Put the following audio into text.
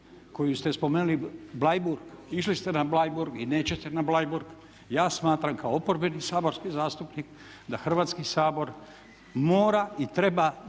koju ste spomenuli Bleiburg, išli ste na Bleiburg i nećete na Bleiburg. Ja smatram kao oporbeni saborski zastupnik da Hrvatski sabor mora i treba